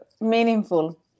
meaningful